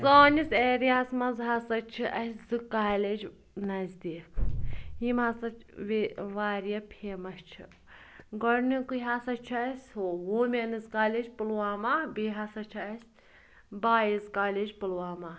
سٲنِس ایریا ہَس مَنٛز ہَسا چھِ اسہِ زٕ کالج نزدیٖک یم ہَسا واریاہ فیمَس چھِ گۄڈٕنیٛکٕے ہَسا چھُ اسہِ ہُو ووٗمیٚنٕز کالج پُلوامہ بیٚیہِ ہَسا چھُ اسہِ بایِز کالج پُلوامہ